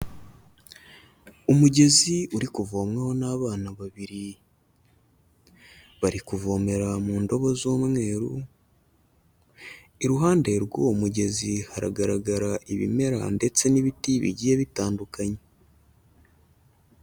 Umugezi uri kuvomwaho n'abana babiri, bari kuvomera mu ndobo z'umweru, iruhande rw'uwo mugezi haragaragara ibimera ndetse n'ibiti bigiye bitandukanye.